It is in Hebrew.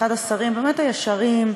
אחד השרים באמת הישרים,